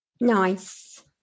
nice